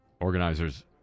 Organizers